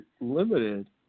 limited